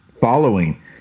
following